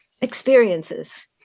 experiences